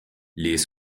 les